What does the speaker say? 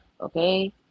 Okay